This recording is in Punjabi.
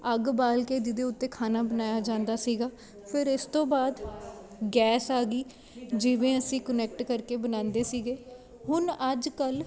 ਅੱਗ ਬਾਲ ਕੇ ਜਿਹਦੇ ਉੱਤੇ ਖਾਣਾ ਬਣਾਇਆ ਜਾਂਦਾ ਸੀਗਾ ਫਿਰ ਇਸ ਤੋਂ ਬਾਅਦ ਗੈਸ ਆ ਗਈ ਜਿਵੇਂ ਅਸੀਂ ਕਨੈਕਟ ਕਰਕੇ ਬਣਾਉਂਦੇ ਸੀਗੇ ਹੁਣ ਅੱਜ ਕੱਲ੍ਹ